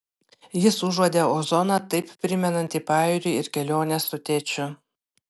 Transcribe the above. jis užuodė ozoną taip primenantį pajūrį ir keliones su tėčiu